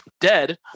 dead